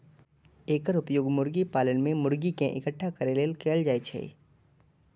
एकर उपयोग मुर्गी पालन मे मुर्गी कें इकट्ठा करै लेल कैल जाइ छै